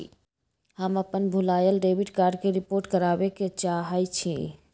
हम अपन भूलायल डेबिट कार्ड के रिपोर्ट करावे के चाहई छी